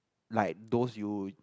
like those you